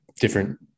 different